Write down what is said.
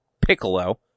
Piccolo